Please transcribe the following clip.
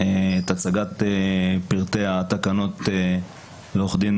אעביר את הצגת פרטי התקנות לעורך דין